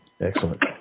Excellent